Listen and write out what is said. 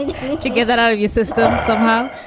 and you get that out of your system somehow.